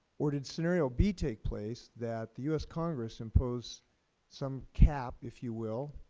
or, did scenario b take place, that the u s. congress imposed some cap, if you will,